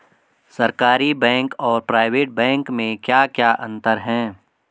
सरकारी बैंक और private bank में क्या क्या अंतर हैं?